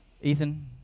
ethan